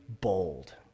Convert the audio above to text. bold